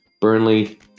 Burnley